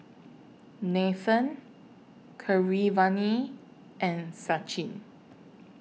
Nathan Keeravani and Sachin